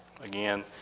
again